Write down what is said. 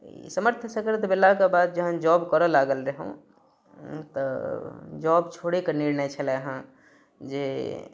समर्थ सशक्त भेलाके बाद जखन जॉब करऽ लागल रहलहुँ तऽ जॉब छोड़िके निर्णय छलैया जे